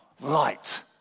light